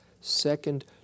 Second